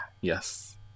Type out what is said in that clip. Yes